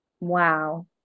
Wow